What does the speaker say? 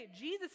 Jesus